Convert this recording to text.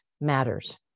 matters